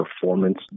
performance